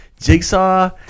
Jigsaw